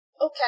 Okay